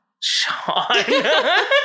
Sean